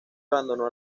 abandonó